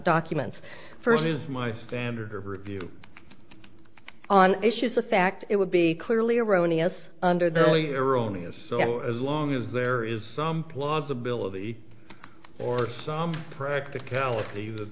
documents first is my standard review on issues of fact it would be clearly erroneous under the earlier only a so as long as there is some plausibility or some practicality